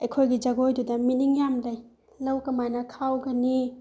ꯑꯩꯈꯣꯏꯒꯤ ꯖꯒꯣꯏꯗꯨꯗ ꯃꯤꯅꯤꯡ ꯌꯥꯝ ꯂꯩ ꯂꯧ ꯀꯃꯥꯏꯅ ꯈꯥꯎꯒꯅꯤ